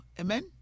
Amen